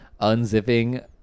unzipping